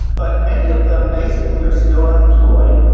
but many of them basically are still unemployed.